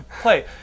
play